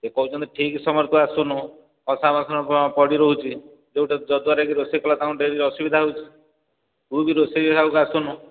ସେ କହୁଛନ୍ତି ଠିକ୍ ସମୟରେ ତୁ ଆସୁନୁ କଂସାବାସନ ପଡ଼ି ରହୁଛି ଯେଉଁଟାକି ଯତ୍ଦ୍ୱାରାକି ରୋଷେଇ କଲେ ତାଙ୍କୁ ଡେରି ଅସୁବିଧା ହେଉଛି ତୁ ବି ରୋଷେଇ ହେଲା ବେଳକୁ ଆସୁନୁ